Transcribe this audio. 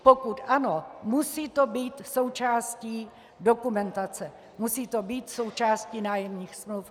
Pokud ano, musí to být součástí dokumentace, musí to být součástí nájemních smluv.